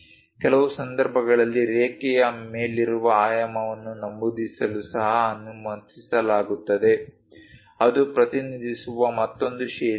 ಕೆಲವು ಸಂದರ್ಭಗಳಲ್ಲಿ ರೇಖೆಯ ಮೇಲಿರುವ ಆಯಾಮವನ್ನು ನಮೂದಿಸಲು ಸಹ ಅನುಮತಿಸಲಾಗಿದೆ ಅದು ಪ್ರತಿನಿಧಿಸುವ ಮತ್ತೊಂದು ಶೈಲಿಯಾಗಿದೆ